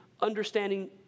understanding